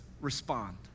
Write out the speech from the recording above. respond